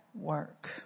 work